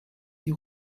die